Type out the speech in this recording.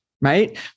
right